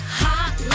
hot